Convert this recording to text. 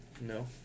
No